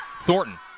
Thornton